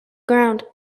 ground